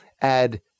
add